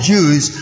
Jews